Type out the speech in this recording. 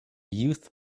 youth